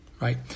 right